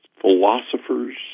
philosophers